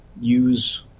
use